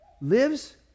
lives